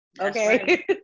okay